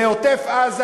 בעוטף-עזה,